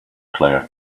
player